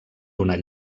donar